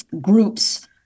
groups